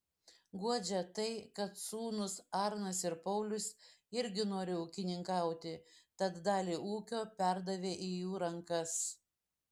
guodžia tai kad sūnūs arnas ir paulius irgi nori ūkininkauti tad dalį ūkio perdavė į jų rankas